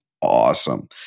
awesome